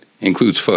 includes